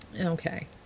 Okay